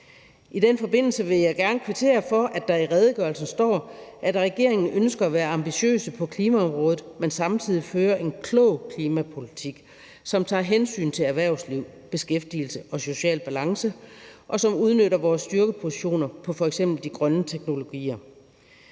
I den forbindelse vil jeg gerne kvittere for, at der i redegørelsen står, at regeringen ønsker at være ambitiøse på klimaområdet, men samtidig føre en klog klimapolitik, som tager hensyn til erhvervsliv, beskæftigelse og social balance, og som udnytter vores styrkepositioner på f.eks. de grønne teknologier.